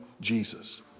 Jesus